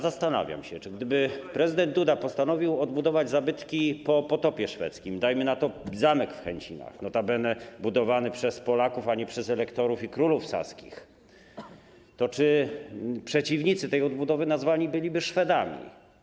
Zastanawiam się, czy gdyby prezydent Duda postanowił odbudować zabytki po potopie szwedzkim, dajmy na to zamek w Chęcinach, notabene budowany przez Polaków, a nie przez elektorów i królów saskich, to czy przeciwnicy tej odbudowy nazywani byliby Szwedami.